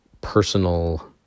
personal